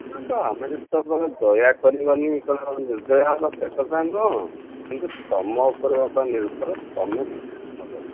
ଆମେ ଯଦି ଦୟା କରିବାନି ଆଉ କ'ଣ ନିର୍ଦୟ ହେବା ସେକଥା ନୁହଁ କିନ୍ତୁ ତୁମ ଉପରେ ବାପା ନିର୍ଭର ତୁମେ କେମିତି ଭଲ ହେବ